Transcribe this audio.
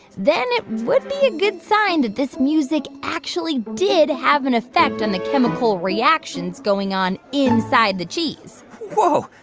then it would be a good sign that this music actually did have an effect on the chemical reactions going on inside the cheese whoa,